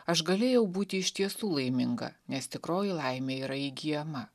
aš galėjau būti iš tiesų laiminga nes tikroji laimė yra įgyjama